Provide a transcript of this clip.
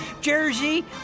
Jersey